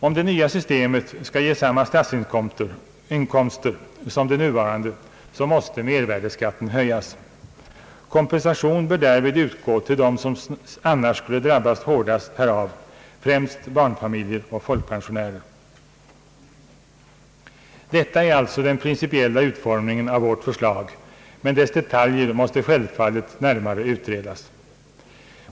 Om det nya systemet skall ge samma statsinkomster som det nuvarande, måste mervärdeskatten höjas. Kompensation bör därvid utgå till dem som annars skulle drabbas hårdast, främst barnfamiljer och folkpensionärer. Detta är den principiella utformningen av vårt förslag, men detaljerna måste självfallet närmare utredas.